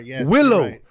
Willow